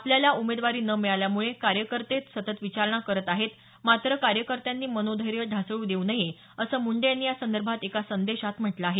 आपल्याला उमेदवारी न मिळाल्यामुळे कार्यकर्ते सतत विचारणा करत आहेत मात्र कार्यकर्त्यांनी मनोधैर्य ढासळू देऊ नये असं मुंडे यांनी या संदर्भात एका संदेशात म्हटलं आहे